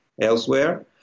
elsewhere